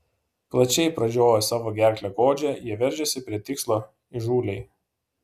plačiai pražioję savo gerklę godžią jie veržiasi prie tikslo įžūliai